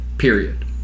period